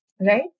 right